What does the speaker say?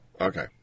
Okay